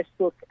Facebook